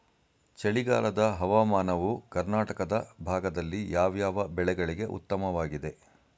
ಚಳಿಗಾಲದ ಹವಾಮಾನವು ಕರ್ನಾಟಕದ ಭಾಗದಲ್ಲಿ ಯಾವ್ಯಾವ ಬೆಳೆಗಳಿಗೆ ಉತ್ತಮವಾಗಿದೆ?